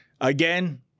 Again